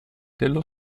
dello